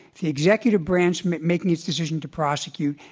the executive branch making its decision to prosecute,